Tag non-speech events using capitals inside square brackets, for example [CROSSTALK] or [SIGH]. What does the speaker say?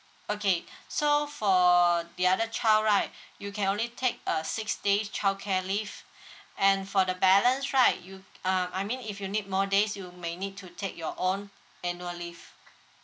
okay [BREATH] so for the other child right you can only take a six days childcare leave [BREATH] and for the balance right you uh I mean if you need more days you may need to take your own annual leave